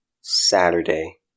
Saturday